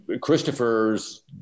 Christopher's